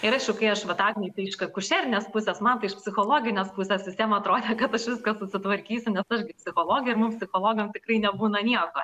ir aišku kai aš vat agnei tai iš kaip kušerinės pusės man tai iš psichologinės pusės visiem atrodė kad viską susitvarkysiu nes aš psichologė ir mums psichologam tikrai nebūna nieko